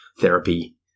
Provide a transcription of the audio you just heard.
therapy